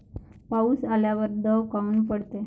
पाऊस आल्यावर दव काऊन पडते?